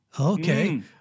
Okay